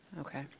Okay